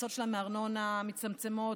ההכנסות שלהן מארנונה מצטמצמות.